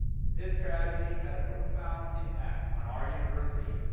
this tragedy had a profound impact on our university,